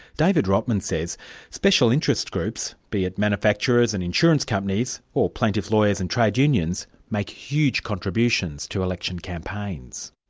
david rottman says special interest groups, be it manufacturers and insurance companies, or plaintiff lawyers and trade unions, make huge contributions to election campaigns.